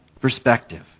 perspective